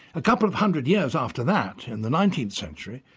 a couple of hundred years after that, in the nineteenth century,